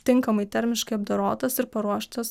tinkamai termiškai apdorotas ir paruoštas